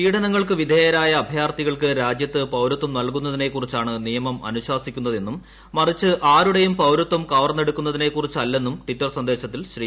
പീഡനങ്ങൾക്കു വിധേയരായ അഭയാർത്ഥികൾക്ക് രാജ്യത്ത് പൌരത്വം നൽകുന്നതിനെ കുറിച്ചാണ് നിയമം അനുശാസിക്കുന്നതെന്നും മറിച്ച് ആരുടേയും പൌരത്വം കവർന്നെടുക്കുന്നതിനെക്കുറിച്ചല്ലെന്നും ടിറ്റർ സന്ദേശത്തിൽ ശ്രീ